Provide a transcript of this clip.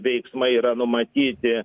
veiksmai yra numatyti